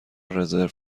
رزرو